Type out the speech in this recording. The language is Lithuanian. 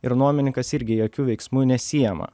ir nuomininkas irgi jokių veiksmų nesiima